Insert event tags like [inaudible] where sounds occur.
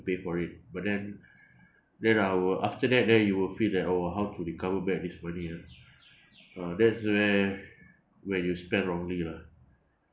pay for it but then [breath] then I will after that then you will feel that oh how to recover back this money ah uh that's when when you spend wrongly lah